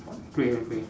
grey grey grey